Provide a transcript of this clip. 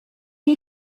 you